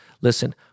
listen